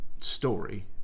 story